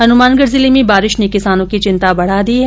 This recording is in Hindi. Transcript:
हनुमानगढ़ जिले में बारिश ने किसानों की चिंता बढ़ा दी है